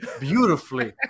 beautifully